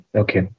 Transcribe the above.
okay